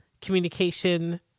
communication